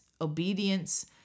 obedience